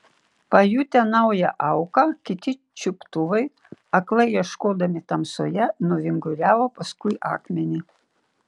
pajutę naują auką kiti čiuptuvai aklai ieškodami tamsoje nuvinguriavo paskui akmenį